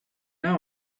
now